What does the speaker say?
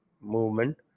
movement